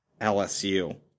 LSU